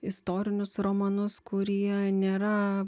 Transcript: istorinius romanus kurie nėra